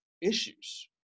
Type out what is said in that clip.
issues